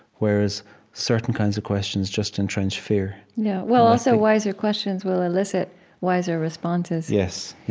whereas certain kinds of questions just entrench fear yeah. well, also wiser questions will elicit wiser responses yes. yeah.